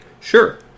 Sure